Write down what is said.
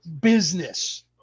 Business